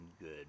good